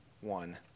one